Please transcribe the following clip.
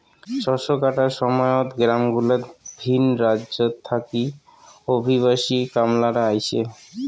শস্য কাটার সময়ত গেরামগুলাত ভিন রাজ্যত থাকি অভিবাসী কামলারা আইসে